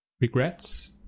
regrets